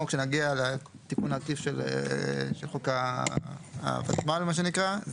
כשנגיע לתיקון העקיף של חוק ה-ותמ"ל מה שנקרא.